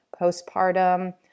postpartum